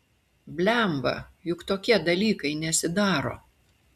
blemba juk tokie dalykai nesidaro